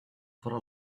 for